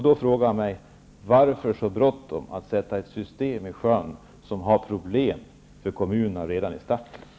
Då frågar jag mig: Varför så bråttom att sätta ett system i sjön som ger problem för kommunerna redan i starten?